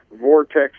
vortex